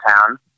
town